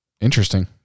Interesting